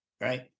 Right